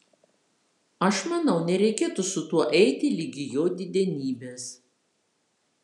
aš manau nereikėtų su tuo eiti ligi jo didenybės